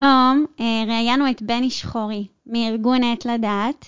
היום ראיינו את בני שחורי מארגון עת לדעת